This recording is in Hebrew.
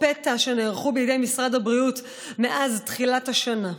פתע שנערכו בידי משרד הבריאות מאז תחילת השנה: